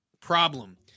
problem